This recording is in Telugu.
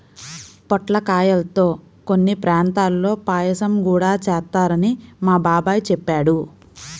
పొట్లకాయల్తో కొన్ని ప్రాంతాల్లో పాయసం గూడా చేత్తారని మా బాబాయ్ చెప్పాడు